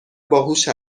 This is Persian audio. باهوش